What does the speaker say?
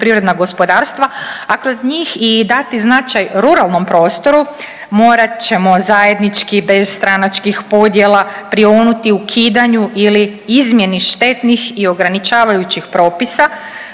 poljoprivredna gospodarstva, a kroz njih i dati značaj ruralnom prostoru morat ćemo zajednički bez stranačkih podjela prionuti ukidanju ili izmjeni štetnih i ograničavajućih propisa,